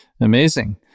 Amazing